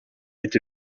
été